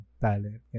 talent